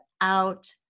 out